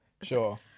sure